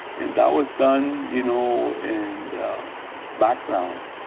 and that was done you know, in the background.